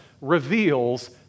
reveals